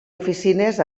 oficines